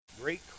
Great